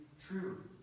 true